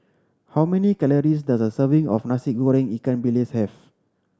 how many calories does a serving of Nasi Goreng ikan bilis have